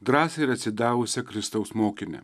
drąsią ir atsidavusę kristaus mokinę